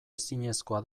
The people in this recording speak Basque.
ezinezkoa